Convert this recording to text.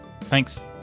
Thanks